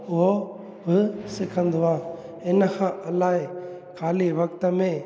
उहो बि सिखंदो आहियां इन खां अलाए ख़ाली वक़्त में